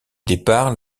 départ